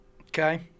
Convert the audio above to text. Okay